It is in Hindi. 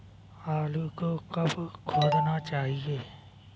आलू को कब खोदना चाहिए?